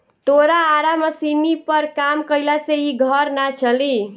तोरा आरा मशीनी पर काम कईला से इ घर ना चली